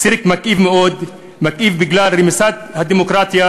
טריק מכאיב מאוד, מכאיב בגלל רמיסת הדמוקרטיה.